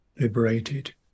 liberated